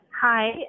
Hi